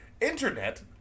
internet